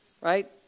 right